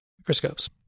microscopes